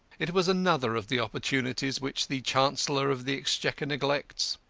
it was another of the opportunities which the chancellor of the exchequer neglects.